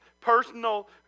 personal